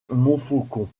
montfaucon